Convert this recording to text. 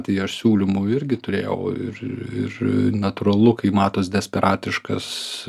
tai aš siūlymų irgi turėjau ir ir natūralu kai matos desperatiškas